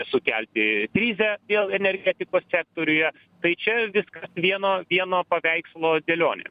sukelti krizę vėl energetikos sektoriuje tai čia viskas vieno vieno paveikslo dėlionė